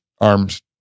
arms